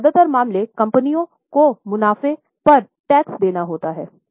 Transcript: अब ज्यादातर मामले कंपनियों को मुनाफे पर टैक्स देना होता हैं